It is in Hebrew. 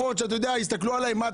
ויכול להיות שיסתכלו עלי ויגידו: מה,